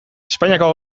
espainiako